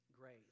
grace